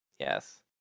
Yes